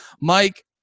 Mike